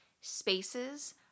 spaces